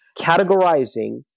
categorizing